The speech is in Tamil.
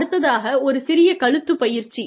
அடுத்ததாக ஒரு சிறிய கழுத்து பயிற்சி